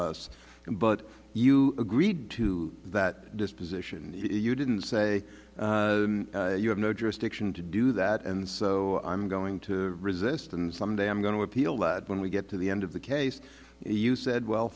him but you agreed to that disposition and you didn't say you have no jurisdiction to do that and so i'm going to resist and someday i'm going to appeal that when we get to the end of the case you said well